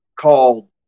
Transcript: called